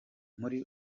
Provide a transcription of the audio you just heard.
muri